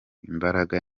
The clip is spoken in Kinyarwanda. imbaraga